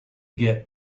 get